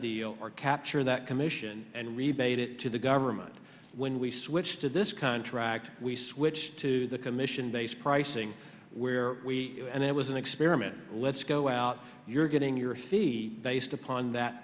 deal or capture that commission and rebate it to the government when we switched to this contract we switched to the commission based pricing where we and it was an experiment let's go out you're getting your fee based upon that